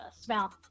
Smell